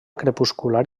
crepuscular